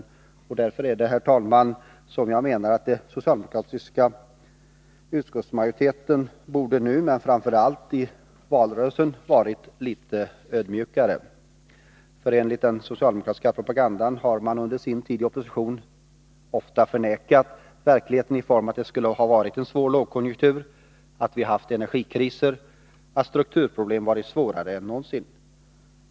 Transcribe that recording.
Det är därför, herr talman, som jag menar att den socialdemokratiska utskottsmajoriteten nu borde vara — men framför allt i valrörelsen borde ha varit — litet ödmjukare. Enligt den socialdemokratiska propagandan har man under sin tid i opposition ofta förnekat verkligheten, att det skulle ha varit en svår lågkonjunktur, att vi haft energikriser, att strukturproblemen varit svårare än någonsin.